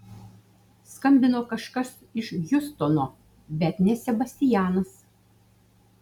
skambino kažkas iš hjustono bet ne sebastianas